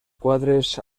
quadres